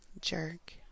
jerk